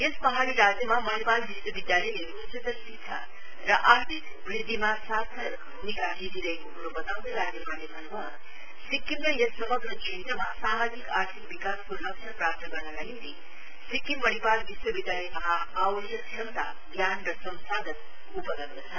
यस पहाड़ी राज्यमा मणिपाल विश्वविद्यालयले शिक्षा र आर्थिक वृद्धिमा सार्थक भूमिका खेलिरहेको क्रो बताउदै राज्यपालले भन्न्भयो सिक्किम र यस समग्र क्षेत्रमा सामाजिक आर्थिक विकासको लक्षय प्राप्त गर्नका निम्ति सिक्किम मणिपाल विश्वविद्यालयकहाँ आवश्यक क्षमता ज्ञान र संसाधन उपलब्ध छन्